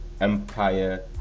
Empire